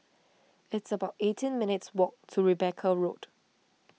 it's about eighteen minutes' walk to Rebecca Road